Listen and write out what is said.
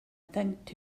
thanked